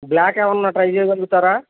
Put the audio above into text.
black ఏమైనా try చెయ్యగలుగుతారా